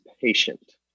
patient